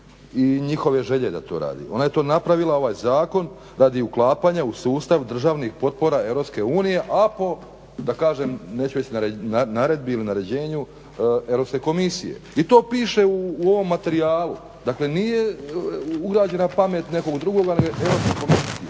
i njihove želje da to radi, ona je to napravila ovaj zakon radi uklapanja u sustav državnih potpora EU a po da kažem neću reći naredbi ili naređenju Europske komisije, i to piše u ovom materijalu. Dakle nije ugrađena pamet nekog drugog nego Europske komisije